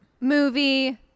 movie